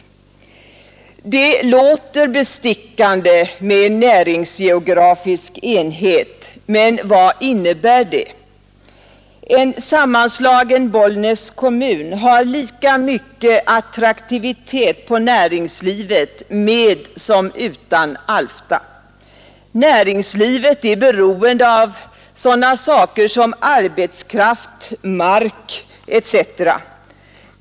Det låter bestickande med näringsgeografisk enhet, men vad innebär det? En sammanslagen Bollnäs kommun har lika mycket attraktivitet på näringslivet med som utan Alfta. Näringslivet är beroende av sådana saker som arbetskraft, mark etc.